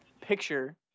picture